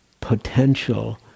potential